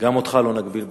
גם אותך לא נגביל בזמן,